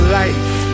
life